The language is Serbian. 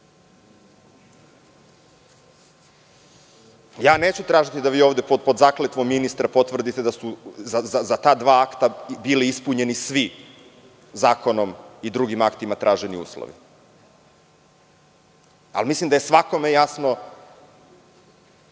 Neću tražiti da vi ovde pod zakletvom ministra potvrdite da su za ta dva akta bili ispunjeni svi zakonom i drugim aktima traženi uslovi, ali mislim da je svakome jasno